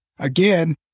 Again